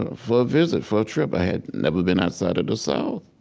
ah for a visit, for a trip. i had never been outside of the south.